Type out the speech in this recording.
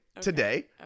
today